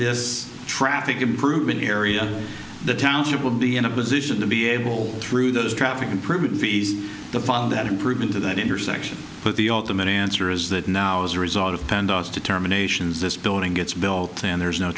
this traffic improvement area the township will be in a position to be able through those traffic and permit fees the follow that improvement to that intersection but the ultimate answer is that now as a result of ten dollars to terminations this building gets built and there is no